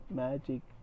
magic